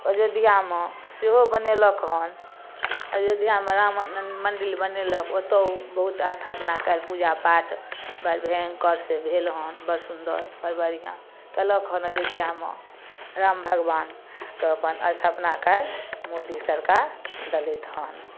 अयोध्यामे सेहो बनेलक हँ अयोध्यामे राम मण्डिल बनेलक ओतय बहुत स्थापना कयल पूजा पाठ बड़ भयङ्करसँ भेल हन बड़ सुन्दर बड़ बढ़िआँ कयलक हन अजोध्यामे राम भगवानके अपन स्थापना काल्हि मोदी सरकार देलथि हन